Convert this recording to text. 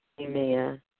Amen